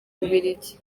bubiligi